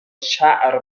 چعر